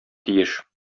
тиеш